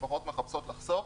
כשהמשפחות מחפשות לחסוך,